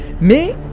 Mais